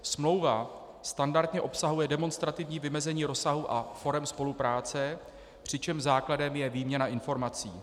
Smlouva standardně obsahuje demonstrativní vymezení rozsahu a forem spolupráce, přičemž základem je výměna informací.